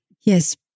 Yes